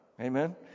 Amen